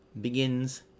begins